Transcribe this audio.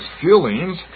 feelings